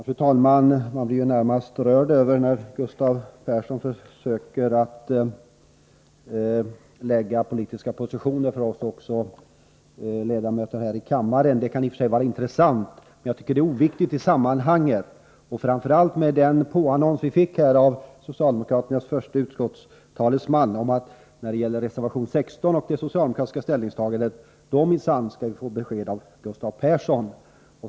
Fru talman! Man blir ju närmast rörd när Gustav Persson försöker lägga fast politiska positioner också för oss ledamöter i kammaren. Det kan i och för sig vara intressant, men jag tycker att det är oviktigt i sammanhanget — framför allt med den påannons som vi fick av socialdemokraternas förste utskottstalesman, att beträffande reservation 16 och det socialdemokratiska ställningstagandet skulle vi minsann få besked av Gustav Persson.